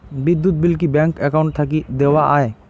বিদ্যুৎ বিল কি bank account থাকি দেওয়া য়ায়?